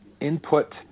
input